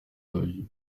deuil